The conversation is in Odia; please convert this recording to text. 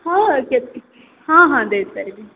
ହଁ କି ହଁ ହଁ ଦେଇପାରିବି